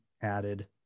added